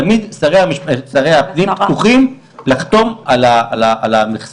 תמיד שרי הפנים פתוחים לחתום על המכסות,